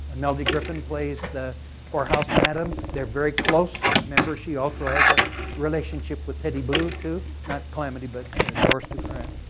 melanie griffith plays the whorehouse madam, they're very close. remember she also has a relationship with teddy blue too not calamity, but dora dufran.